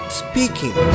speaking